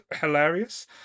hilarious